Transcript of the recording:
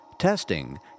Testing